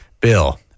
bill